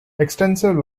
extensive